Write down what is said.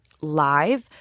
live